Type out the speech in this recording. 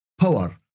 power